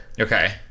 okay